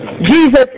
Jesus